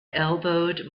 elbowed